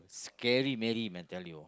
scary marry man I tell you